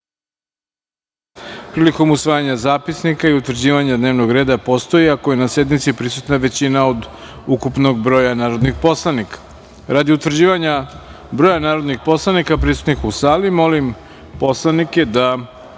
prilikom usvajanja zapisnika i utvrđivanja dnevnog reda postoji ako je na sednici prisutna većina od ukupnog broja narodnih poslanika. Radi utvrđivanja broja narodnih poslanika prisutnih u sali, molim narodne poslanike da